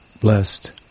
blessed